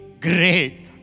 great